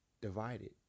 divided